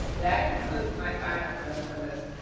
that concluded my signup list for this